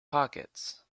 pockets